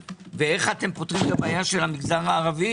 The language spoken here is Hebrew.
ואיך אתם פותרים את הבעיה של המגזר הערבי